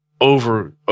over